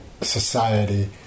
society